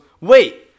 wait